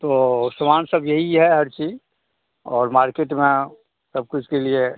तो सामान सब यही है हर चीज़ और मार्केट में सबको इसके लिए